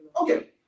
Okay